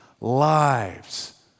lives